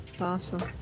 Awesome